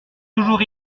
toujours